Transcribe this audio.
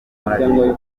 y’ubukoloni